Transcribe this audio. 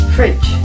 Fridge